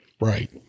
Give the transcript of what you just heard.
right